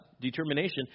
determination